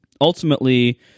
ultimately